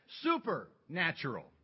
supernatural